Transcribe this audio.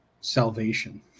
salvation